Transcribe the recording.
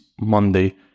Monday